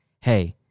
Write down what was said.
hey